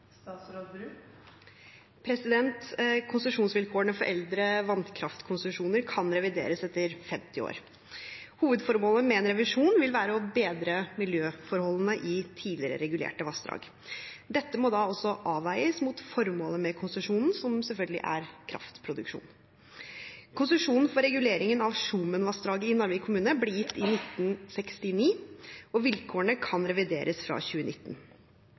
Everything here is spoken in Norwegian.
Konsesjonsvilkårene for eldre vannkraftkonsesjoner kan revideres etter 50 år. Hovedformålet med en revisjon vil være å bedre miljøforholdene i tidligere regulerte vassdrag. Dette må da også avveies mot formålet med konsesjonen, som selvfølgelig er kraftproduksjon. Konsesjonen for reguleringen av Skjomenvassdraget i Narvik kommune ble gitt i 1969, og vilkårene kan revideres fra 2019.